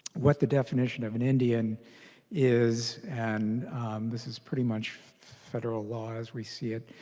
with the definition of an indian is and this is pretty much federal law as we see it